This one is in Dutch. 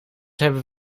hebben